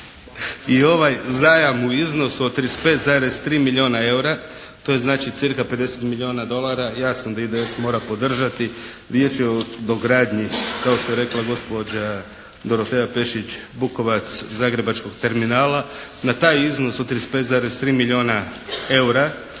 i ovaj zajam u iznosu od 35,3 milijuna eura, to je znači cirka 50 milijuna dolara, jasno da IDS mora podržati, riječ je o dogradnji kao što je rekla gospođa Dorotea Pešić-Bukovac, zagrebačkog terminala. Na taj iznos od 35, 3 milijuna eura